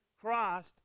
Christ